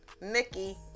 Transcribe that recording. Nikki